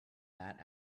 that